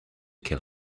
kill